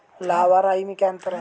लाह व राई में क्या अंतर है?